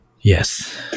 yes